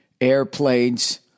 airplanes